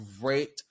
great